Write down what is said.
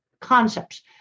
concepts